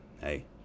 hey